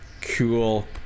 Cool